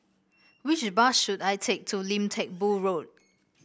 which bus should I take to Lim Teck Boo Road